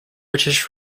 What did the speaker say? british